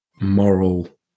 moral